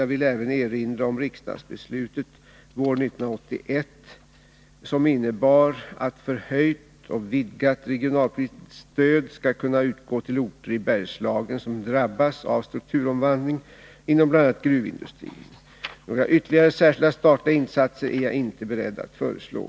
Jag vill även erinra om riksdagsbeslutet våren 1981 som innebar att förhöjt och vidgat regionalpolitiskt stöd skall kunna utgå till orter i Bergslagen som drabbas av strukturomvandling inom bl.a. gruvindustrin. Några ytterligare särskilda Nr 38 statliga insatser är jag inte beredd att föreslå.